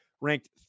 ranked